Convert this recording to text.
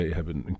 hebben